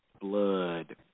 Blood